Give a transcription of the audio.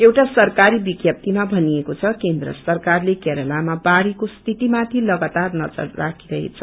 एउटा सरकारी विज्ञप्तिमा भनिएको छ केन्द्र सरकारले केरालामा बाढ़ीको स्थितिमाथि लगातार नजर राखिरहेछ